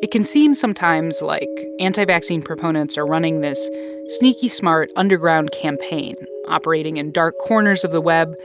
it can seem, sometimes, like anti-vaccine proponents are running this sneaky, smart, underground campaign, operating in dark corners of the web,